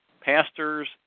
pastors